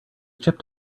chipped